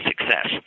success